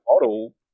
model